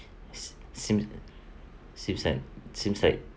se~ seems seems like seems like